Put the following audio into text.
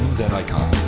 that i can't?